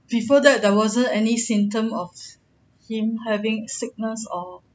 before that there wasn't any symptom of him having sickness or